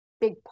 big